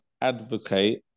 advocate